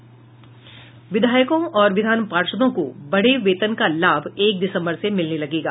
विधायकों और विधान पार्षदों को बढ़े वेतन का लाभ एक दिसम्बर से मिलने लगेगा